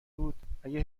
بود، اگه